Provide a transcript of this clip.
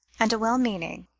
and a well-meaning,